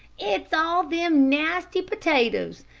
it's all them nasty potatoes.